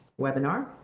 webinar